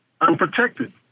unprotected